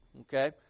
Okay